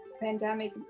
pandemic